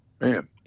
Man